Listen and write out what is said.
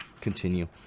continue